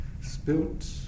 spilt